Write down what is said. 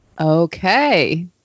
Okay